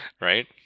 Right